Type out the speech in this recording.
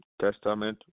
Testament